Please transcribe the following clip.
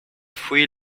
three